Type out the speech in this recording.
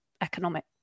economic